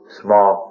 small